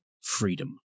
freedom